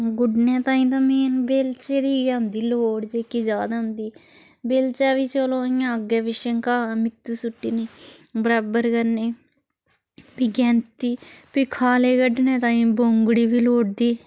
गुड्डने ताईं ते मेन वेल्चे दी गै होंदी लोड़ जेह्की ज्यादा होंदी वेल्चा बी चलो इ'यां अग्गें पिच्छें घाह् मिट्टी सुट्टनी बराबर करने ई फ्ही गैंती फ्ही खाले कड्ढने ताई बोंगड़ी बी लोड़दी